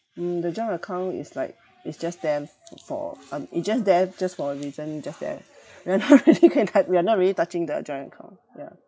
mm the joint account is like it's just there for um it's just there just for a reason just there we are not really going to tou~ we are not really touching the joint account yeah